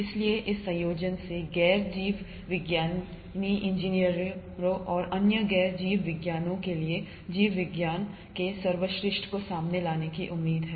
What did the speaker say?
इसलिए इस संयोजन से गैर जीवविज्ञानी इंजीनियरों और अन्य गैर जीवविज्ञानी के लिए जीव विज्ञान के सर्वश्रेष्ठ को सामने लाने की उम्मीद है